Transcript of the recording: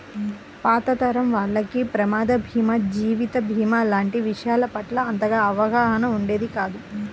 పాత తరం వాళ్లకి ప్రమాద భీమా, జీవిత భీమా లాంటి విషయాల పట్ల అంతగా అవగాహన ఉండేది కాదు